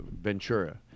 Ventura